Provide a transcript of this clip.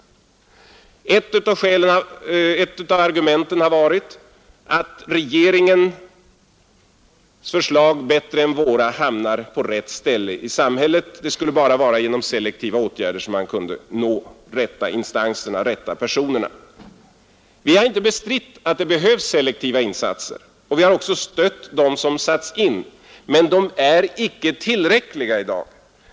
Ett av argumenten har varit att regeringens förslag mer än våra hamnar på rätt ställe i samhället. Det skulle bara vara genom selektiva åtgärder som man kunde nå de rätta instanserna och de rätta personerna. Vi har inte bestritt att det behövs selektiva insatser — och vi har också stött dem som har satts in — men de är icke tillräckliga i dag.